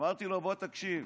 אמרתי לו: בוא, תקשיב.